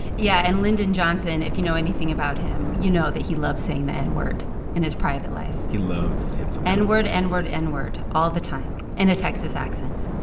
yeah. and lyndon johnson if you know anything about him, you know that he loves saying the n-word in his private life he loves him some. n-word, n-word, n-word all the time in a texas accent